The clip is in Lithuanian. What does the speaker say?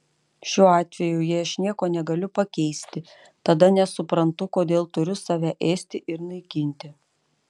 šiuo atveju jei aš nieko negaliu pakeisti tada nesuprantu kodėl turiu save ėsti ir naikinti